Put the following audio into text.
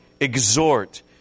Exhort